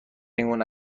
اینگونه